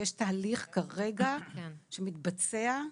ויש תהליך שמתבצע כרגע,